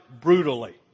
brutally